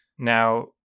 Now